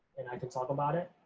and i can talk about it.